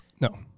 No